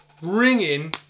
ringing